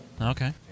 Okay